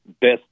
best